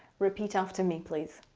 repeat after me, please.